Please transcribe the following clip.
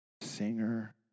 singer